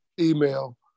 email